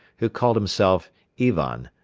who called himself ivan,